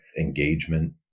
engagement